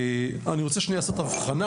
אני רוצה לעשות הבחנה,